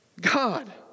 God